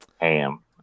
Ham